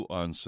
on